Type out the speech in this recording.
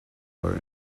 are